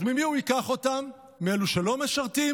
אז ממי הוא ייקח אותם, מאלו שלא משרתים?